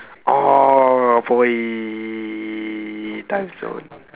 orh boy timezone